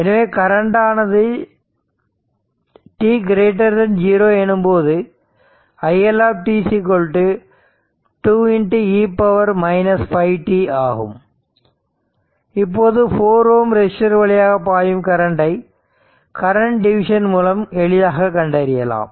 எனவே கரண்ட் ஆனது t 0 எனும்போது i L 2 e 5t ஆகும் இப்போது 4 Ω ரெசிஸ்டர் வழியாக பாயும் கரண்டை கரண்ட் டிவிஷன் மூலம் எளிதாக கண்டறியலாம்